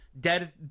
dead